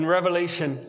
Revelation